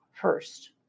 first